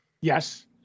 Yes